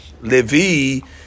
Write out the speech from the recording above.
Levi